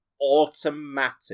automatic